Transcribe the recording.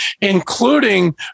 including